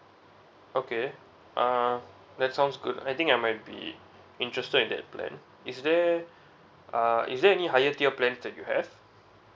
okay uh that sounds good I think I might be interested in that plan is there uh is there any higher tier plans that you have